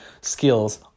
skills